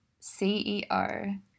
CEO